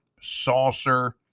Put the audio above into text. Saucer